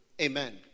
Amen